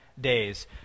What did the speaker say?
days